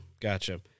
Gotcha